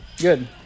Good